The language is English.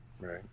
Right